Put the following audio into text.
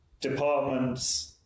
departments